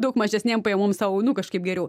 daug mažesnėm pajamom sau nu kažkaip geriau